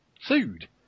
sued